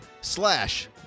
slash